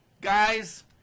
guys